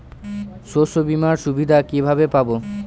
শস্যবিমার সুবিধা কিভাবে পাবো?